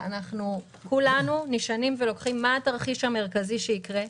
כולנו נשענים ולוקחים בחשבון מה התרחיש המרכזי שיקרה,